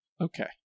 Okay